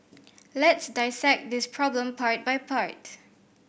let's dissect this problem part by part